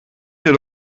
hier